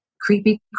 creepy